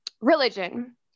religion